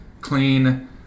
clean